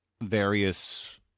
various